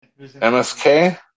MSK